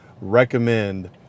recommend